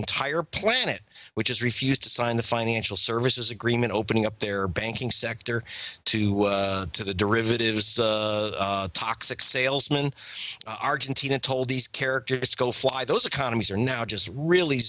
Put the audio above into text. entire planet which has refused to sign the financial services agreement opening up their banking sector to to the derivatives toxic salesman argentina told these characters to go fly those economies are now just really